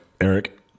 Eric